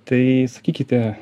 tai sakykite